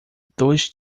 dois